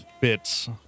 bits